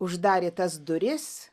uždarė tas duris